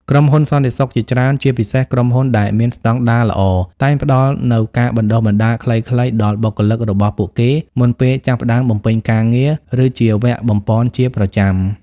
ក្រុមហ៊ុនសន្តិសុខជាច្រើន ជាពិសេសក្រុមហ៊ុនដែលមានស្តង់ដារល្អ តែងផ្តល់នូវការបណ្តុះបណ្តាលខ្លីៗដល់បុគ្គលិករបស់ពួកគេមុនពេលចាប់ផ្តើមបំពេញការងារ ឬជាវគ្គបំប៉នជាប្រចាំ។